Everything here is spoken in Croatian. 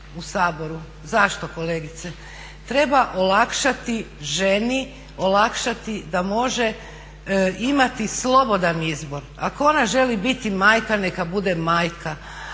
u Saboru. Zašto kolegice? Treba olakšati ženi, olakšati da može imati slobodan izbor. Ako ona želi biti majka, neka bude majka,